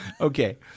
Okay